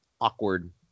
awkward